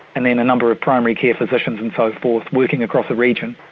and then a number of primary care physicians and so forth working across a region.